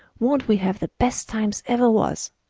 won't we have the best times ever was!